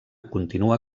continua